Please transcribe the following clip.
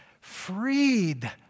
freed